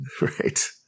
Right